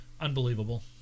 unbelievable